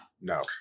no